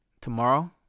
Tomorrow